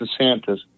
DeSantis